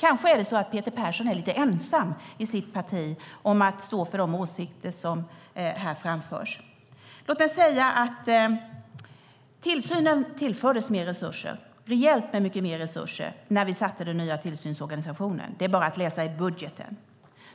Kanske är det så att Peter Persson är lite ensam i sitt parti om att stå för de åsikter som här framförs. Låt mig säga att tillsynen tillfördes mer resurser - rejält mycket mer - när vi satte den nya tillsynsorganisationen. Det är bara att läsa i budgeten.